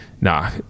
Nah